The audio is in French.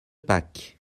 pâques